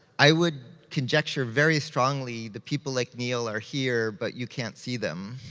i would conjecture very strongly the people like neil are here, but you can't see them.